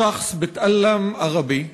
כאדם שלומד ערבית,